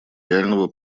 реального